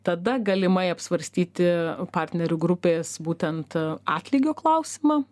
tada galimai apsvarstyti partnerių grupės būtent atlygio klausimą